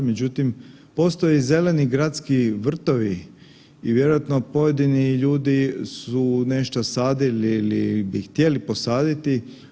Međutim, postoje i zeleni gradski vrtovi i vjerojatno pojedini ljudi su nešto sadili ili bi htjeli posaditi.